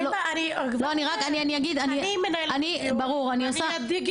אני מנהלת את הדיון,